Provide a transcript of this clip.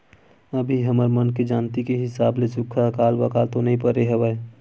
अभी हमर मन के जानती के हिसाब ले सुक्खा अकाल वकाल तो नइ परे हवय